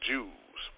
Jews